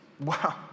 Wow